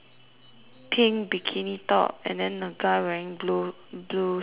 pink bikini top and then the guy wearing blue blue swimming trunks